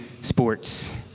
sports